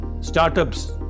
startups